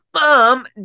Mom